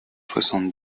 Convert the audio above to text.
soixante